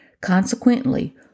Consequently